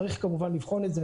צריך כמובן לבחון את זה,